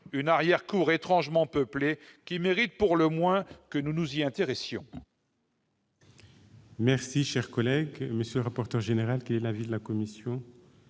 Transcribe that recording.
une arrière-cour étrangement peuplée, qui mérite, pour le moins, que nous nous y intéressions.